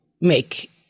make